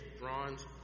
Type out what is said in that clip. bronze